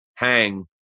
hang